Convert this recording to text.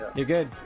you get